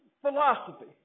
philosophy